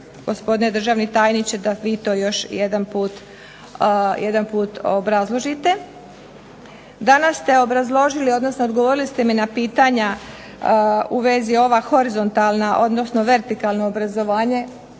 gospodine državni tajniče da vi to još jedan put obrazložite. Danas ste obrazložili, odnosno odgovorili ste na pitanja u vezi ova horizontalna odnosno vertikalno obrazovanje,